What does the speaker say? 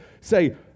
say